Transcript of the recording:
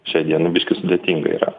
šiai dienai biškį sudėtinga yra